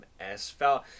MSV